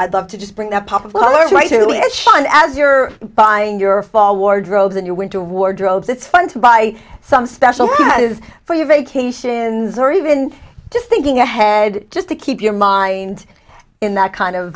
i'd love to just bring a pop of virtually a shine as you're buying your fall wardrobes in your winter wardrobes it's fun to buy some special for your vacations or even just thinking ahead just to keep your mind in that kind of